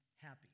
happy